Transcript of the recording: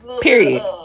Period